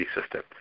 system